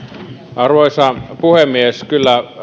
arvoisa puhemies kyllä